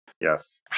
Yes